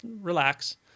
relax